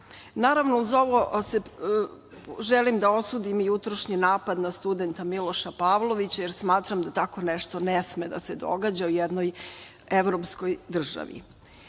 odluka. Naravno, uz ovo želim da osudim jutrošnji napad na studenta Miloša Pavlovića, jer smatram da tako nešto ne sme da se događa u jednoj evropskoj državi. Jedan